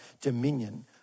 dominion